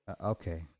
Okay